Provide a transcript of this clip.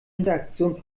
interaktion